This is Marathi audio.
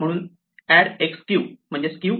म्हणून ऍड qx म्हणजेच q